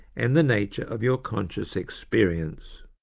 and the nature of your conscious experience.